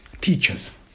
teachers